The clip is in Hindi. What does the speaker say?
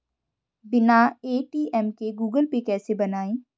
बिना ए.टी.एम के गूगल पे कैसे बनायें?